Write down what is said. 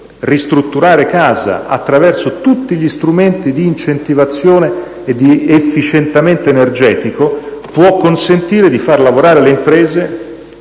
ristrutturare casa attraverso tutti gli strumenti di incentivazione e di efficientamento energetico può consentire di far lavorare le imprese,